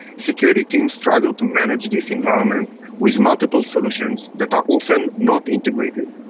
security team struggled to manage this environment with multiple solutions that are often not integrated.